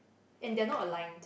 and they are not aligned